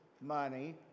Money